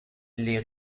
les